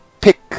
pick